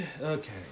Okay